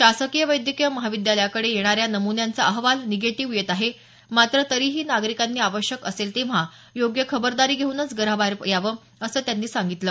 शासकीय वैद्यकीय महाविद्यालयाकडे येणाऱ्या नमुन्यांचा अहवाल निगेटीव्ह येत आहे मात्र तरीही नागरिकांनी आवश्यक असेल तेव्हा योग्य खबरदारी घेऊनच घराबाहेर यावं असं त्यांनी सांगितलं